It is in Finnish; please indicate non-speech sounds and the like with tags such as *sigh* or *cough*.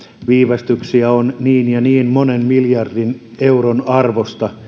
viivästyksiä on niin ja niin monen miljardin euron arvosta *unintelligible*